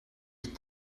het